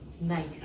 nice